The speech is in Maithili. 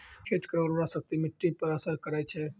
खेत रो उर्वराशक्ति मिट्टी पर असर करै छै